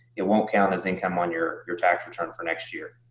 it won't count as income on your your tax return for next year.